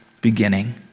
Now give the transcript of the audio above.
beginning